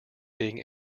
being